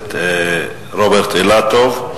הכנסת רוברט אילטוב.